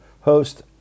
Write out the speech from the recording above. host